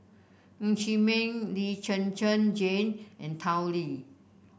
Ng Chee Meng Lee Zhen Zhen Jane and Tao Li